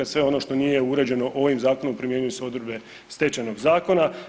Sve ono što nije uređeno ovim zakonom, primjenjuju se odredbe Stečajnog zakona.